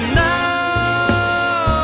now